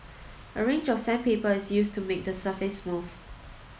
a range of sandpaper is used to make the surface smooth